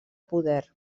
poder